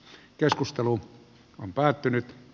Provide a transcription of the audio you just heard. keskustelu on päättynyt